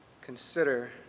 consider